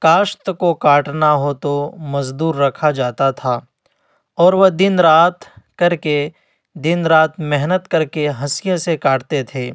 کاشت کو کاٹنا ہو تو مزدور رکھا جاتا تھا اور وہ دن رات کر کے دن رات محنت کر کے ہنسیے سے کاٹتے تھے